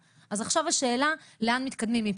עכשיו, המרכזים האלה מצריכים את אותם תקנים,